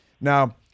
Now